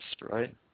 right